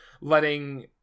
letting